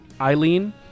Eileen